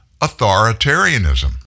authoritarianism